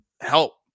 help